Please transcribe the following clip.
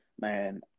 man